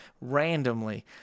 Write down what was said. randomly